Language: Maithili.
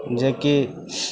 जे कि